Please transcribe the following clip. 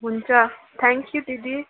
हुन्छ thank you दिदी